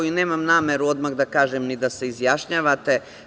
I nemam nameru odmah da kažem ni da se izjašnjavate.